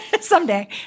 someday